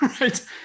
right